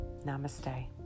Namaste